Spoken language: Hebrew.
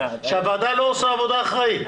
שהוועדה לא עושה עבודה אחראית.